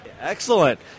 Excellent